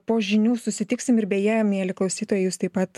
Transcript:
po žinių susitiksim ir beje mieli klausytojai jūs taip pat